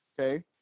okay